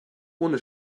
ohne